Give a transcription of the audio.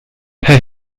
herr